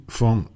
van